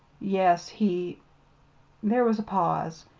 yes he there was a pause,